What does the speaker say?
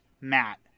Matt